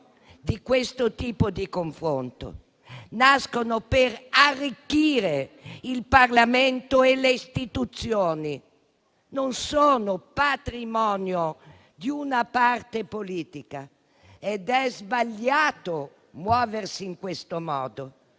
di questo tipo di confronto per arricchire il Parlamento e le istituzioni, non sono patrimonio di una parte politica ed è sbagliato muoversi in questo modo.